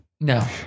No